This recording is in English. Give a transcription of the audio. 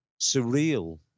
surreal